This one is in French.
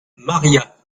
maria